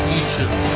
YouTube